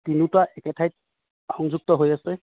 তিনিওটা একে ঠাইত সংযুক্ত হৈ আছে